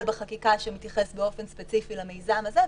בחקיקה שמתייחס באופן ספציפי למיזם הזה,